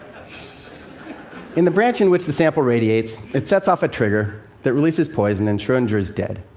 so in the branch in which the sample radiates, it sets off a trigger that releases poison and schrodinger is dead.